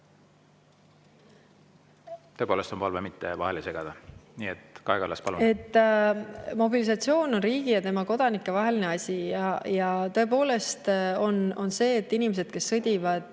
Tõepoolest on palve mitte vahele segada. Nii et Kaja Kallas, palun! Mobilisatsioon on riigi ja tema kodanike vaheline asi. Tõepoolest on inimesed, kes sõdivad